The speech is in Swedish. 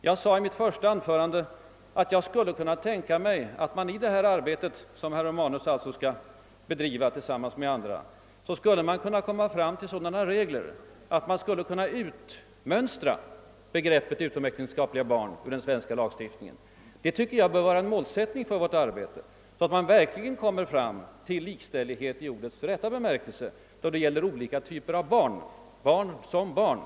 Jag sade i mitt första anförande att jag skulle kunna tänka mig att man i detta arbete, som herr Romanus alltså skall bedriva tillsammans med andra, kan komma fram till sådana regler att begreppet utomäktenskapliga barn skulle kunna helt utmönstras ur den svenska lagstiftningen. Jag tycker att det bör vara en målsättning för vårt arbete, att man verkligen skapar likställighet i ordets rätta bemärkelse då det gäller olika typer av barn — barn som barn!